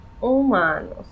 Humanos